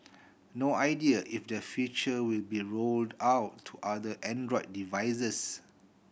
no idea if the feature will be rolled out to other Android devices